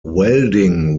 welding